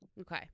Okay